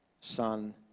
Son